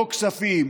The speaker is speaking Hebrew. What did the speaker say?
כספים,